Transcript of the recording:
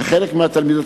וחלק מהתלמידות,